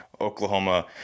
Oklahoma